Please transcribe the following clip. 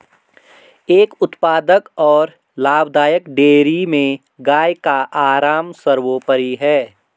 एक उत्पादक और लाभदायक डेयरी में गाय का आराम सर्वोपरि है